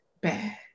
bad